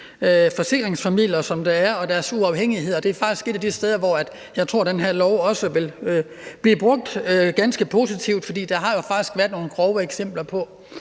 forsikringsformidleres uafhængighed. Det er faktisk et af de steder, hvor jeg tror den her lov også vil blive brugt til noget ganske positivt, for der har faktisk været nogle grove eksempler på,